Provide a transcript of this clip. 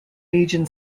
legion